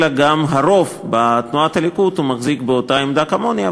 אלא גם הרוב בתנועת הליכוד מחזיק באותה עמדה כמוני,